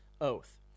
oath